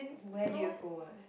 where do you go eh